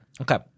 Okay